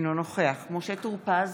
אינו נוכח משה טור פז,